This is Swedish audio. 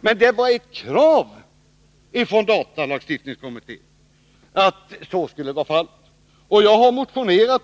Men det var ett krav från datalagstiftningskommittén att anmälningsskyldighet skulle föreligga.